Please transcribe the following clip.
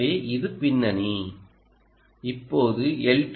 எனவே இது பின்னணி இப்போது எல்